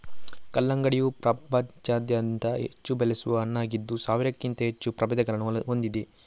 ಕಲ್ಲಂಗಡಿಯು ಪ್ರಪಂಚಾದ್ಯಂತ ಹೆಚ್ಚು ಬೆಳೆಸುವ ಹಣ್ಣಾಗಿದ್ದು ಸಾವಿರಕ್ಕಿಂತ ಹೆಚ್ಚು ಪ್ರಭೇದಗಳನ್ನು ಹೊಂದಿದೆ